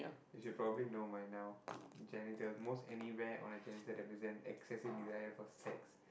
you should probably know by now genitals most anywhere on a genital represents excessive desire for sex